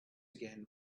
again